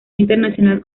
internacional